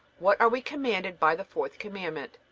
what are we commanded by the fourth commandment?